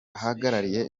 ahagarariye